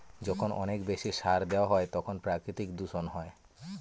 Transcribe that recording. যখন অনেক বেশি সার দেওয়া হয় তখন প্রাকৃতিক দূষণ হয়